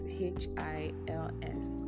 h-i-l-s